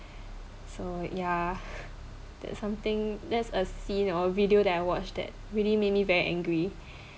so yeah that's something that's a scene or video that I watched that really made me very angry